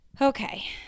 okay